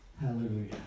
Hallelujah